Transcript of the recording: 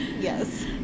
Yes